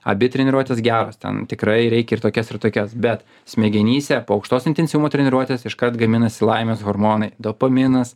abi treniruotės geros ten tikrai reikia ir tokias ir tokias bet smegenyse po aukštos intensyvumo treniruotės iškart gaminasi laimės hormonai dopaminas